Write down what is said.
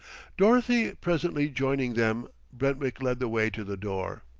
dorothy presently joining them, brentwick led the way to the door.